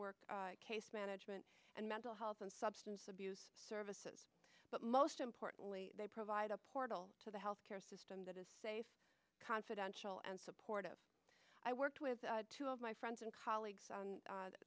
worker case management and mental health and substance abuse services but most importantly they provide a portal to the health care system that is safe confidential and supportive i worked with two of my friends and colleagues on